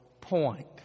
point